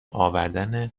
آوردن